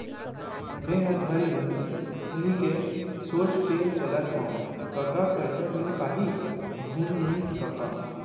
मेंहा घर लुहूं कहिके सोच के चलत हँव कका करजा मिल पाही धुन नइ कका